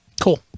Cool